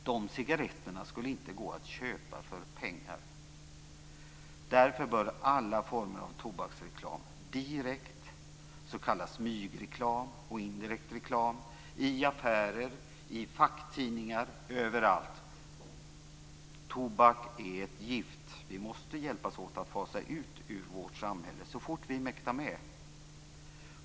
De cigaretterna skulle inte gå att köpa för pengar. Därför bör alla former av tobaksreklam, direkt, s.k. smygreklam och indirekt reklam, i affärer, i facktidningar, överallt, förbjudas. Tobak är ett gift vi måste hjälpas åt att fasa ut ur vårt samhälle - så fort vi mäktar med!